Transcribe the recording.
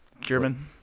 German